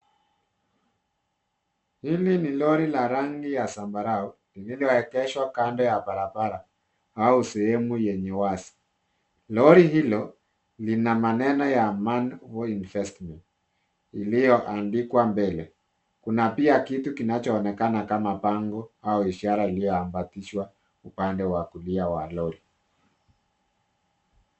Hili ni lori la rangi ya zambarau, lililoegeshwa kando ya barabara au sehemu yenye wazi. Lori hilo lina maneno ya manmo investment , iliyoandikwa mbele. Kuna pia kitu kinachoonekana kama bango au ishara iliyo ambatishwa upande wa kulia wa lori.